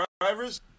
Drivers